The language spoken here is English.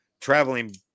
Traveling